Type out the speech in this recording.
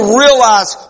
realize